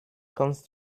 kannst